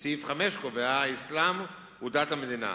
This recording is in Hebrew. וסעיף 5 קובע: "האסלאם הוא דת המדינה".